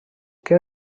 que